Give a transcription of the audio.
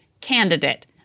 candidate